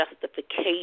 justification